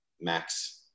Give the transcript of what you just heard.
max